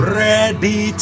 ready